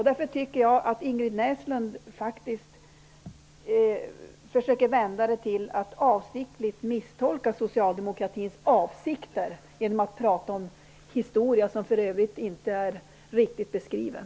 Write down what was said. Jag tycker att Ingrid Näslund medvetet försöker misstolka Socialdemokraternas avsikter genom att prata om en historia som för övrigt inte är riktigt beskriven.